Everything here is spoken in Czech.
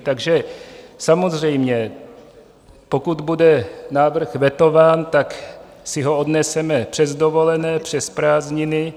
Takže samozřejmě pokud bude návrh vetován, tak si ho odneseme přes dovolené, přes prázdniny.